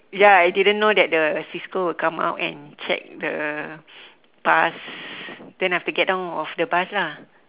ya I didn't know that the cisco would come up and check the bus then I have to get down of the bus lah